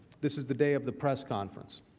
this is the day of the press conference.